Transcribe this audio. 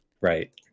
right